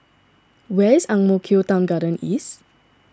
where is Ang Mo Kio Town Garden East